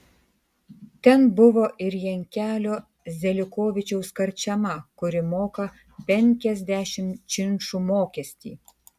ten buvo ir jankelio zelikovičiaus karčema kuri moka penkiasdešimt činšų mokestį